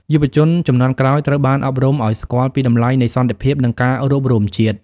យុវជនជំនាន់ក្រោយត្រូវបានអប់រំឱ្យស្គាល់ពីតម្លៃនៃសន្តិភាព និងការរួបរួមជាតិ។